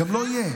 גם לא יהיה.